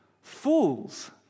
Fools